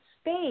space